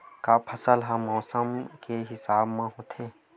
का फसल ह मौसम के हिसाब म होथे?